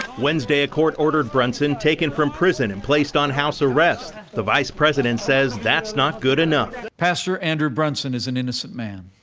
wednesday a court ordered brunson taken from prison and placed on house arrest. the vice president says that's not good enough. pastor andrew brunson is an innocent man.